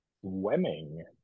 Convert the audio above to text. Swimming